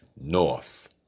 North